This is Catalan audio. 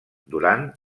durant